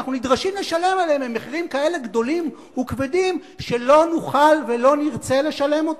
לשלם עליהם הם מחירים כאלה גדולים וכבדים שלא נוכל ולא נרצה לשלם אותם.